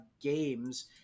games